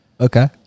Okay